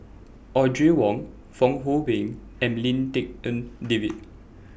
Audrey Wong Fong Hoe Beng and Lim Tik En David